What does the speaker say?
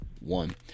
one